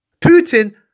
Putin